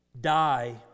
die